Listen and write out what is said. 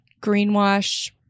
greenwash